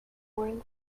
warrant